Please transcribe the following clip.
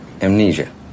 Amnesia